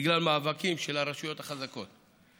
בגלל מאבקים של הרשויות החזקות,